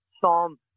psalm